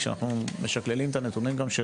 כשאנחנו משקללים גם את הנתונים של